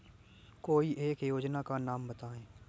कोई एक योजना का नाम बताएँ?